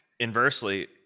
Inversely